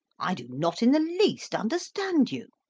i do not in the least understand you.